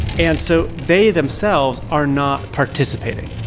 and so they, themselves, are not participating